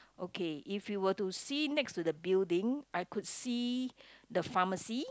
okay if you were to see next to the building I could see the pharmacy